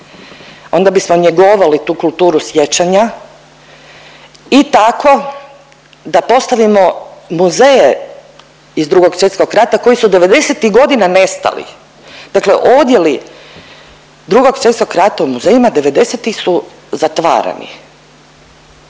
onda bismo njegovali tu kulturu sjećanja i tako da postavimo muzeje iz II. Svjetskog rata koji su '90.-tih godina nestali, dakle odjeli II. Svjetskog rata u muzejima '90.-tih su zatvarani.